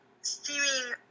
steaming